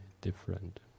different